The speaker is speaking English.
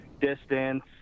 distance